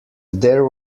there